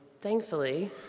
thankfully